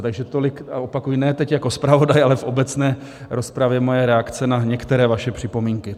Takže tolik, a opakuji, ne teď jako zpravodaj, ale v obecné rozpravě moje reakce na některé vaše připomínky.